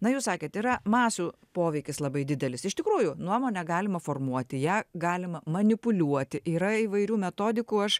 na jūs sakėt yra masių poveikis labai didelis iš tikrųjų nuomonę galima formuoti ją galima manipuliuoti yra įvairių metodikų aš